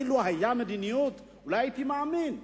אילו היתה מדיניות, אולי הייתי מאמין.